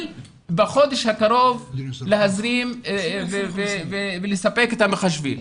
בחודש הקרוב להזרים ולספק את המחשבים.